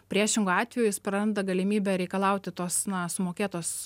priešingu atveju jis praranda galimybę reikalauti tos na sumokėtos